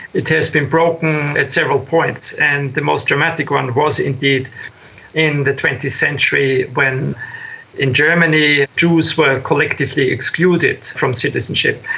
it has been broken at several points, and the most dramatic one was indeed in the twentieth century when in germany jews were collectively excluded from citizenship,